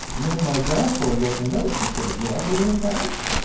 and then my draft board wrote me a note and said, you like living in paris,